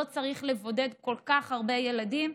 לא צריך לבודד כל כך הרבה ילדים.